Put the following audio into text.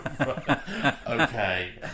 Okay